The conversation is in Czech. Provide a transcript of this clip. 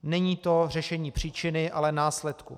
Není to řešení příčiny, ale následku.